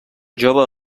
jove